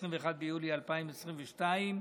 21 ביוני 2022,